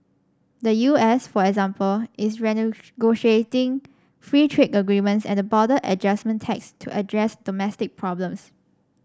the U S for example is renegotiating free trade agreements and the border adjustment tax to address domestic problems